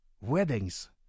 weddings